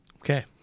Okay